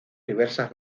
diversas